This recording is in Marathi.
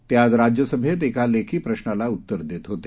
ते आज राज्यसभेत एका लेखी प्रश्नाला उत्तर देत होते